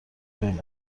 بمون